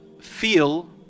feel